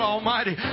Almighty